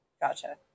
gotcha